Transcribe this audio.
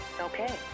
Okay